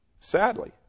sadly